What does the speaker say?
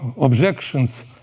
objections